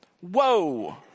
Whoa